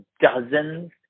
dozens